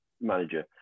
manager